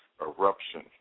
eruption